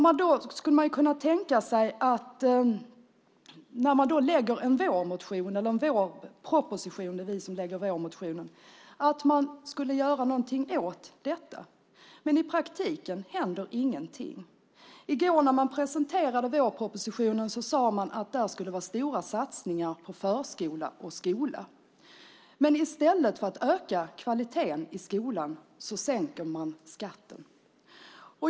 Man skulle kunna tänka sig att regeringen, när den lägger fram en vårproposition, skulle göra någonting åt detta. Men i praktiken händer ingenting. I går när man presenterade vårpropositionen sade man att det skulle vara stora satsningar på förskola och skola. Men i stället för att öka kvaliteten i skolan sänker man skatten.